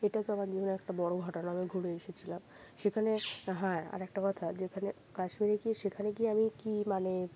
এটা তো আমার জীবনে একটা বড় ঘটনা আমি ঘুরে এসেছিলাম সেখানে হ্যাঁ আর একটা কথা যেখানে কাশ্মীরে গিয়ে সেখানে গিয়ে আমি কী মানে